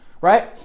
right